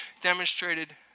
demonstrated